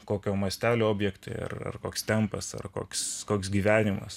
kokio mastelio objektai ar ar koks tempas ar koks koks gyvenimas